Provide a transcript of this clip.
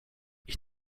ich